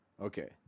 okay